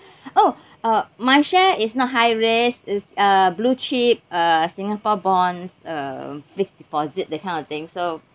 oh uh my share is not high risk is uh blue chip uh singapore bonds um fixed deposit that kind of thing so